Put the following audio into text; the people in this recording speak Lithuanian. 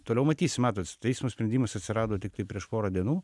toliau matysim matot teismo sprendimas atsirado tiktai prieš porą dienų